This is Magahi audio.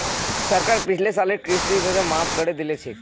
सरकार पिछले सालेर कृषि ऋण माफ़ करे दिल छेक